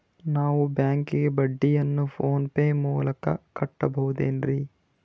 ನಾವು ಬ್ಯಾಂಕಿಗೆ ಬಡ್ಡಿಯನ್ನು ಫೋನ್ ಪೇ ಮೂಲಕ ಕಟ್ಟಬಹುದೇನ್ರಿ?